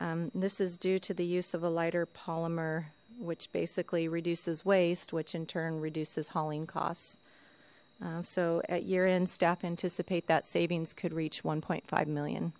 this is due to the use of a lighter polymer which basically reduces waste which in turn reduces hauling costs so at year end staff anticipate that savings could reach one point five million